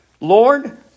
Lord